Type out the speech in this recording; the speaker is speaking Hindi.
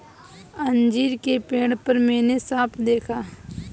अंजीर के पेड़ पर मैंने साँप देखा